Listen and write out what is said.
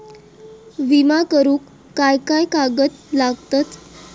विमा करुक काय काय कागद लागतत?